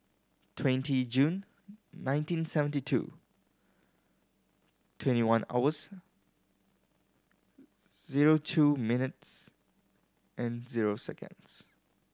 twenty June nineteen seventy two twenty one hours zero two minutes and zero seconds